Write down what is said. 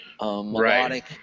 melodic